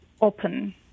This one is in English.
open